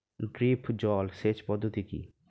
Drip জল সেচ পদ্ধতি কি?